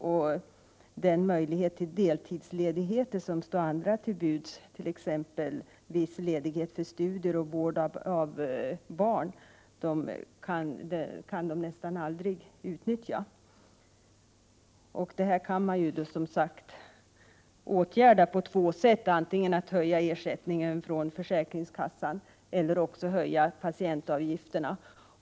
Och den möjlighet till deltidsledigheter som står andra till SLR 4 buds, t.ex. viss ledighet för studier och för vård av barn, har sjukgymnasterna nästan aldrig. Detta kan man som sagt åtgärda på två sätt, antingen genom att höja ersättningen från försäkringskassan eller genom att höja patientavgifterna.